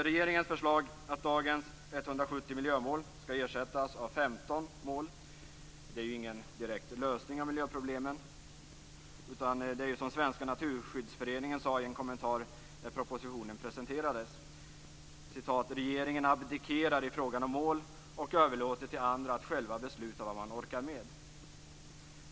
Regeringens förslag att dagens 170 miljömål skall ersättas av 15 mål är ingen direkt lösning av miljöproblemen, utan det är som svenska Naturskyddsföreningen sade i en kommentar när propositionen presenterades: "Regeringen abdikerar i frågan om mål och överlåter till andra att själva besluta vad man orkar med."